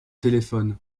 téléphone